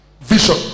vision